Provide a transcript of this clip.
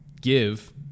Give